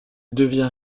devient